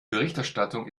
berichterstattung